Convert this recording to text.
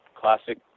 classic